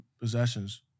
possessions